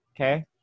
okay